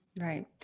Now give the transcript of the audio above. Right